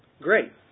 Great